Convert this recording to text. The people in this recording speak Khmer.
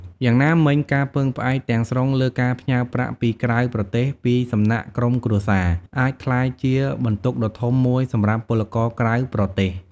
យ៉ាងណាមិញ ការពឹងផ្អែកទាំងស្រុងលើការផ្ញើប្រាក់ពីក្រៅប្រទេសពីសំណាក់ក្រុមគ្រួសារ អាចក្លាយជាបន្ទុកដ៏ធំមួយសម្រាប់ពលករក្រៅប្រទេស។